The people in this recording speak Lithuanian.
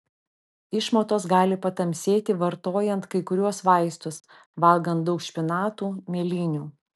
išmatos gali patamsėti vartojant kai kuriuos vaistus valgant daug špinatų mėlynių